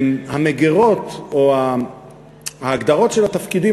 המגירות או ההגדרות של התפקידים,